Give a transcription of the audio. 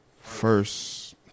first